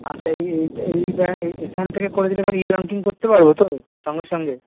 আচ্ছা এই এইটা এই ব্যাংক এই এখান থেকে করে দিলে ই ব্যাংকিং করতে পারবো তো সঙ্গে সঙ্গে